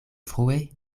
frue